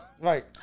Right